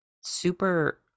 super